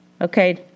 Okay